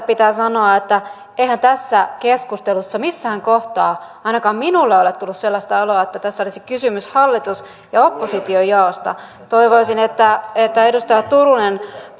pitää sanoa että eihän tässä keskustelussa missään kohtaa ainakaan minulle ole tullut sellaista oloa että tässä olisi kysymys hallitus oppositio jaosta toivoisin että että edustaja turunen